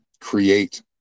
create